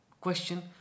question